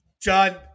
John